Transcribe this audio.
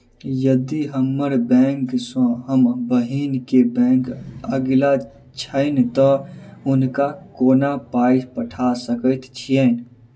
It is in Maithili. यदि हम्मर बैंक सँ हम बहिन केँ बैंक अगिला छैन तऽ हुनका कोना पाई पठा सकैत छीयैन?